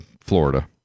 Florida